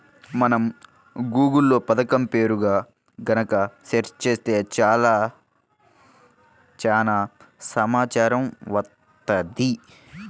మనం గూగుల్ లో పథకం పేరుతో గనక సెర్చ్ చేత్తే చాలు చానా సమాచారం వత్తది